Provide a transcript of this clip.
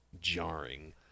jarring